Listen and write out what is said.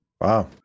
Wow